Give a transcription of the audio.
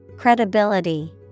Credibility